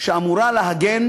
שאמורה להגן